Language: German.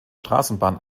straßenbahn